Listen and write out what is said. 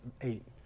eight